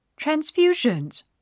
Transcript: transfusions